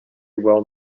well